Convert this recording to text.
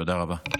תודה רבה.